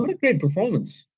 um performance!